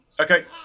Okay